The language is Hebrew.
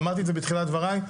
אמרתי את זה בתחילת דבריי,